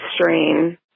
strain